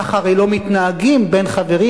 כך הרי לא מתנהגים בין חברים,